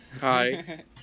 Hi